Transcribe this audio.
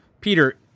peter